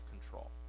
control